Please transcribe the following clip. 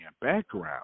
background